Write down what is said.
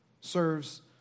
serves